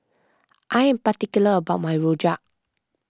I am particular about my Rojak